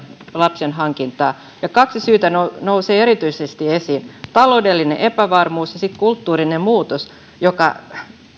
lapsen hankintaa ja kaksi syytä nousee nousee erityisesti esiin taloudellinen epävarmuus ja kulttuurinen muutos joka